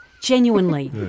Genuinely